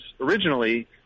originally